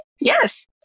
Yes